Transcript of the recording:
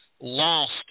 lost